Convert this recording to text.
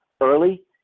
early